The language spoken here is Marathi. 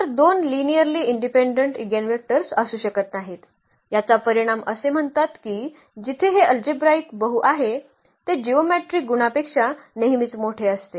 तर दोन लिनिअर्ली इंडिपेंडेंट इगेनवेक्टर्स असू शकत नाहीत याचा परिणाम असे म्हणतात की जिथे हे अल्जेब्राईक बहु आहे ते जिओमेट्रीक गुणापेक्षा नेहमीच मोठे असते